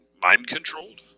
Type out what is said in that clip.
mind-controlled